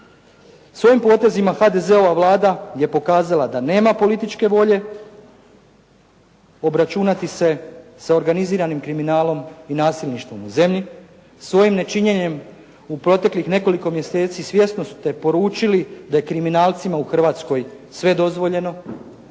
S ovim potezima HDZ-ova Vlada je pokazala da nema političke volje obračunati se sa organiziranim kriminalom i nasilništvom u zemlji, svojim nečinjenjem u proteklih nekoliko mjeseci svjesno ste poručili da je kriminalcima u Hrvatskoj sve dozvoljeno.